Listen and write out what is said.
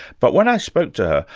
but when i spoke to her,